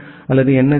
B அல்லது என்